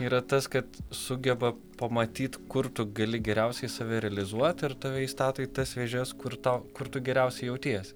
yra tas kad sugeba pamatyt kur tu gali geriausiai save realizuot ir tave įstato į tas vėžes kur tau kur tu geriausiai jautiesi